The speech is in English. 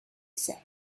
said